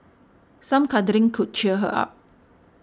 some cuddling could cheer her up